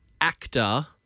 actor